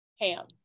ham